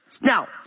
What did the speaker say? Now